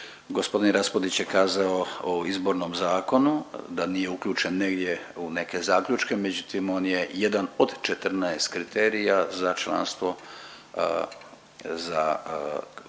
Gospodin Raspudić je kazao o Izbornom zakonu da nije uključen negdje u neke zaključke, međutim od je jedan od 14 kriterija za članstvo, za